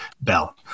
bell